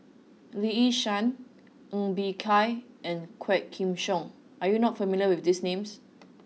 Lee Yi Shyan Ng Bee Kia and Quah Kim Song are you not familiar with these names